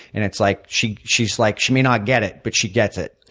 and it's like she she like she may not get it, but she gets it.